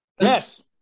Yes